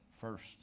first